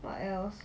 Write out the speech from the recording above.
what else